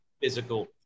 physical